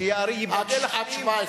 שייבדל לחיים,